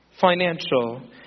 financial